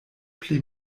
pli